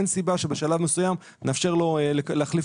אין סיבה שבשלב מסוים נאפשר לו להחליף